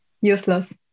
useless